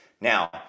now